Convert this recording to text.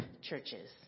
churches